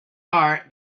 heart